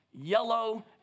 yellow